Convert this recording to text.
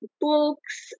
books